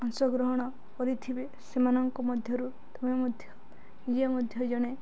ଅଂଶଗ୍ରହଣ କରିଥିବେ ସେମାନଙ୍କ ମଧ୍ୟରୁ ତୁମେ ମଧ୍ୟ ଇଏ ମଧ୍ୟ ଜଣେ